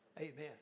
Amen